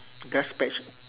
grass patch